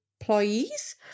employees